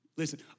Listen